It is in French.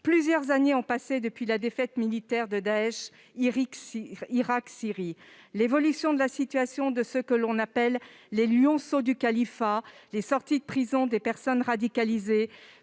Plusieurs années ont passé depuis la défaite militaire de Daech en Irak et en Syrie. L'évolution de la situation de ceux qu'on appelle les « lionceaux du califat » et les sorties de prison des personnes radicalisées